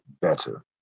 better